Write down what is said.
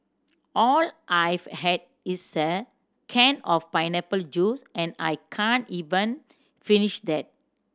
all I've had is a can of pineapple juice and I can't even finish that